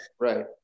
right